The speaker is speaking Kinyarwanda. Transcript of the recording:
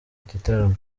gitaramo